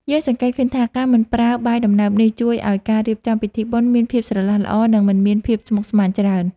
យើងសង្កេតឃើញថា ការមិនប្រើបាយដំណើបនេះជួយឱ្យការរៀបចំពិធីបុណ្យមានភាពស្រឡះល្អ និងមិនមានភាពស្មុគស្មាញច្រើន។